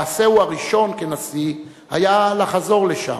מעשהו הראשון כנשיא היה לחזור לשם,